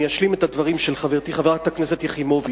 אני אשלים את הדברים של חברתי חברת הכנסת יחימוביץ.